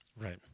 Right